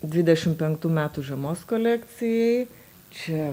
dvidešim penktų metų žiemos kolekcijai čia